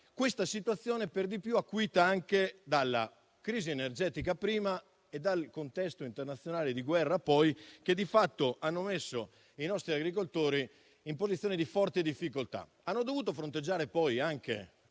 Questa situazione, per di più, è stata acuita dalla crisi energetica prima e dal contesto internazionale di guerra poi, che di fatto hanno messo i nostri agricoltori in una posizione di forte difficoltà. Essi hanno dovuto fronteggiare poi anche